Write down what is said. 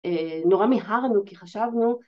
‫נורא מיהרנו, כי חשבנו...